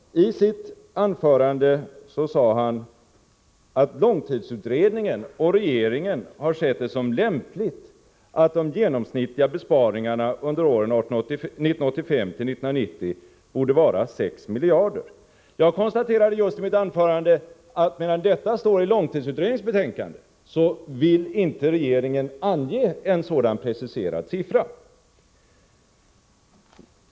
I sitt anförande sade han att långtidsutredningen och regeringen har sett som lämpligt att de genomsnittliga besparingarna under åren 1985-1990 skulle vara 6 miljarder. Jag konstaterade ju i mitt anförande att medan detta står i långtidsutredningens betänkande så vill inte regeringen ange en sådan preciserad siffra.